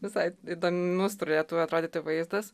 visai įdomus turėtų atrodyti vaizdas